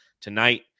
Tonight